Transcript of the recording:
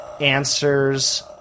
answers